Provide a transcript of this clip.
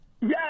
Yes